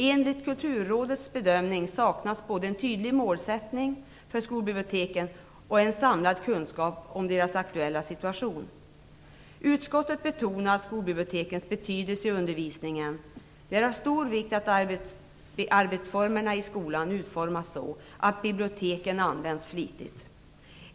Enligt Kulturrådets bedömning saknas både en tydlig målsättning för skolbiblioteken och en samlad kunskap om deras aktuella situation. Utskottet betonar skolbibliotekens betydelse i undervisningen. Det är av stor vikt att arbetsformerna i skolan utformas så att biblioteken används flitigt.